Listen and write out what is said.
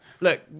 Look